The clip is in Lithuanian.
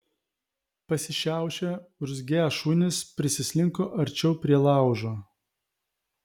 pasišiaušę urzgią šunys prislinko arčiau prie laužo